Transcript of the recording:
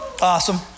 Awesome